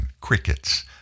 Crickets